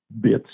bits